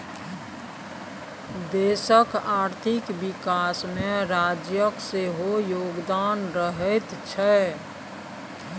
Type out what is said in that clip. देशक आर्थिक विकासमे राज्यक सेहो योगदान रहैत छै